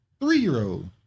Three-year-old